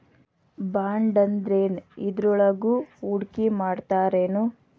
ಬಾಂಡಂದ್ರೇನ್? ಇದ್ರೊಳಗು ಹೂಡ್ಕಿಮಾಡ್ತಾರೇನು?